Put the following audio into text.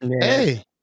Hey